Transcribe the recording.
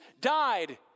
died